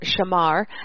shamar